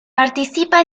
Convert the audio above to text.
participa